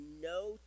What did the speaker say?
no